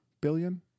billion